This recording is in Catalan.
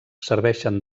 serveixen